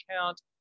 account